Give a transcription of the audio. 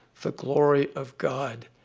the glory of god,